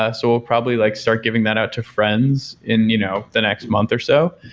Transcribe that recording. ah so we'll probably like start giving that out to friends in you know the next month or so,